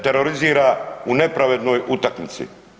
terorizira u nepravednoj utakmici.